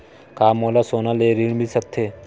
का मोला सोना ले ऋण मिल सकथे?